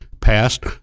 passed